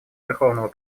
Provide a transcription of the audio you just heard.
верховного